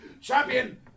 Champion